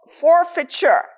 forfeiture